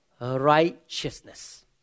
righteousness